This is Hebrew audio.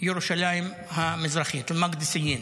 ירושלים המזרחית (חוזר על המילים בערבית)